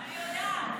אני יודעת.